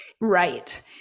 right